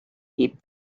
keep